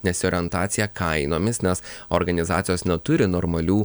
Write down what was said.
nesiorientacija kainomis nes organizacijos neturi normalių